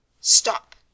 Stop